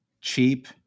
Cheap